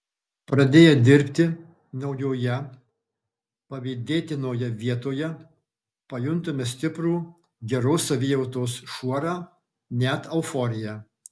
pradėję dirbti naujoje pavydėtinoje vietoje pajuntame stiprų geros savijautos šuorą net euforiją